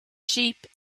sheep